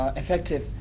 effective